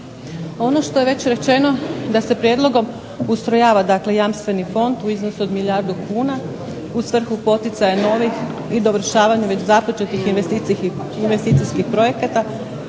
Ono što je već rečeno da se prijedlog ustrojava Jamstveni fond u iznosu od milijardu kuna u svrhu poticaja novih i dovršavanju već započetih investicijskih projekta,